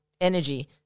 energy